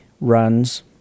runs